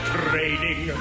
training